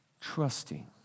trusting